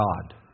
God